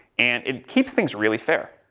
and it keeps things really fair.